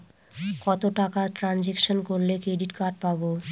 কত টাকা ট্রানজেকশন করলে ক্রেডিট কার্ড পাবো?